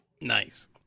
Nice